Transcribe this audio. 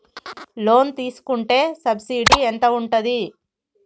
Loan తీసుకుంటే subsidy ఎంత ఉంటది?